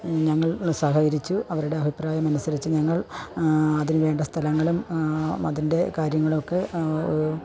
ഞങ്ങൾ സഹകരിച്ചു അവരുടെ അഭിപ്രായമാനുസരിച്ച് ഞങ്ങൾ അതിനു വേണ്ട സ്ഥലങ്ങളും അതിൻ്റെ കാര്യങ്ങളൊക്കെ